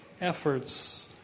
efforts